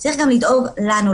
צריך גם לדאוג לנו,